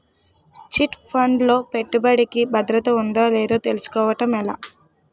Chit fund లో పెట్టుబడికి భద్రత ఉందో లేదో తెలుసుకోవటం ఎలా?